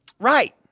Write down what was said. Right